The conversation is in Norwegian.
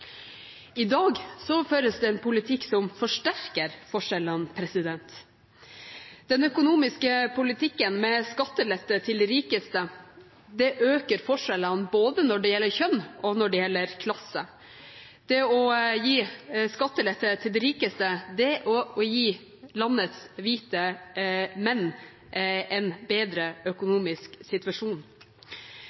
I dag føres det en politikk som forsterker forskjellene. Den økonomiske politikken med skattelette til de rikeste øker forskjellene både når det gjelder kjønn, og når det gjelder klasse. Det å gi skattelette til de rikeste er å gi landets hvite menn en bedre økonomisk situasjon.